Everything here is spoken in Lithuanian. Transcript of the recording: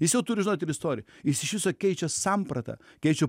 jis jau turi žinot ir istoriją jis iš viso keičia sampratą keičia